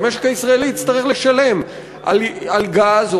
המשק הישראלי יצטרך לשלם על גז,